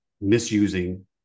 misusing